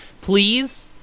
please